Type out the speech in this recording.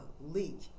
leak